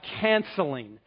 canceling